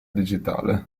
digitale